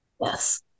Yes